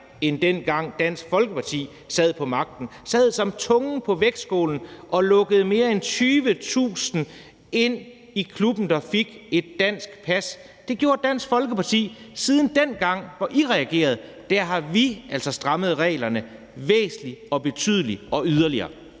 end dengang Dansk Folkeparti sad på magten, sad som tungen på vægtskålen og lukkede mere end 20.000 ind i klubben, der fik et dansk pas. Det gjorde Dansk Folkeparti. Siden dengang, hvor I regerede, har vi altså strammet reglerne væsentligt og betydeligt og yderligere.